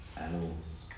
animals